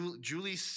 Julie